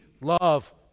love